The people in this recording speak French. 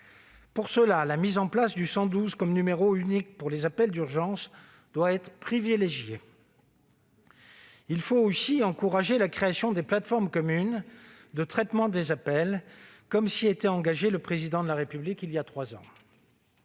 Pour cela, la mise en place du 112 comme numéro unique pour les appels d'urgence doit être privilégiée. Il faut aussi encourager la création des plateformes communes de traitement des appels, comme s'y était engagé le Président de la République, il y a trois ans.